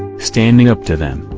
standing up to them,